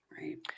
Right